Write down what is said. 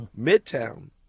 Midtown